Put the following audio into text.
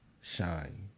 shine